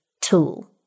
tool